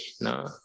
No